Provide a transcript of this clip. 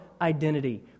identity